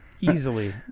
Easily